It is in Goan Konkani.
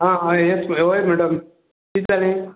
आं येस येवय मॅडम कितें जालें